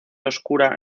oscura